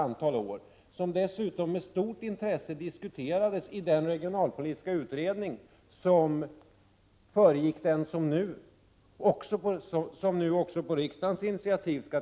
Förslaget har diskuterats med stort intresse i den regionalpolitiska utredning som föregick den utredning som nu skall tillsättas — även den här gången tillsätts en utredning på riksdagens initiativ.